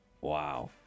Wow